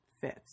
fits